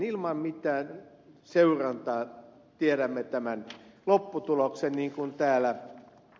ilman mitään seurantaa tiedämme tämän lopputuloksen niin kuin täällä ed